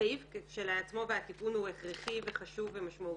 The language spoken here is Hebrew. הסעיף כשלעצמו והתיקון הוא הכרחי וחשוב ומשמעותי,